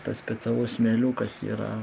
tas specialus smėliukas yra